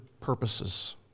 purposes